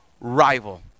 rival